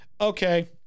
Okay